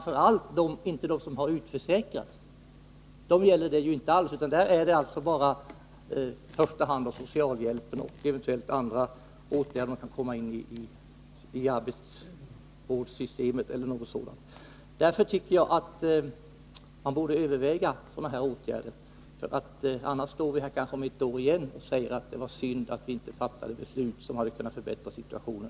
För dem som blir utförsäkrade återstår socialhjälpen eller eventuellt att de kan komma in i arbetsvårdssystemet. Jag tycker alltså att man borde överväga en förändring av försäkringssystemet. Annars står vi kanske här om ett år och säger att det var synd att vi inte fattade beslut som hade kunnat förbättra situationen.